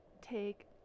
take